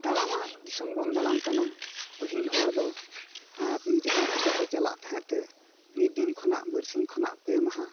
ᱫᱟᱬᱟ ᱢᱟ ᱫᱤᱥᱚᱢ ᱵᱚᱱ ᱫᱟᱬᱟᱱ ᱠᱟᱱᱟ ᱯᱟᱹᱦᱤᱞ ᱦᱚᱲ ᱫᱚ ᱡᱟᱦᱟᱸ ᱠᱚᱥᱮᱫ ᱠᱚ ᱪᱟᱞᱟᱜ ᱛᱟᱦᱮᱸᱫ ᱛᱮ ᱢᱤᱫ ᱫᱤᱱ ᱠᱷᱚᱱᱟᱜ ᱵᱟᱹᱨᱥᱤᱝ ᱠᱷᱚᱱᱟᱜ ᱯᱮ ᱢᱟᱦᱟ